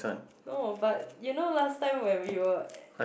no but you know last time when we were